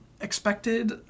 expected